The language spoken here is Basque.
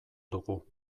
dugu